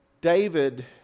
David